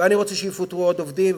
ואני רוצה שיפוטרו עוד עובדים,